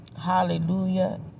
hallelujah